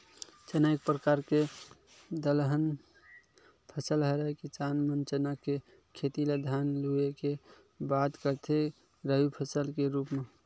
चना एक परकार के दलहन फसल हरय किसान मन चना के खेती ल धान लुए के बाद करथे रबि फसल के रुप म